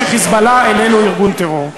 ש"חיזבאללה" איננו ארגון טרור.